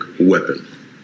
weapon